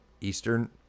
Eastern